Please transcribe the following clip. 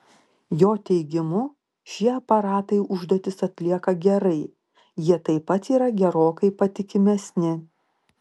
jo teigimu šie aparatai užduotis atlieka gerai jie taip pat yra gerokai patikimesni